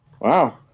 Wow